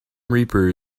reaper